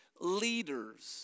leaders